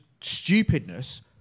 stupidness